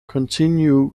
continue